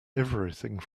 everything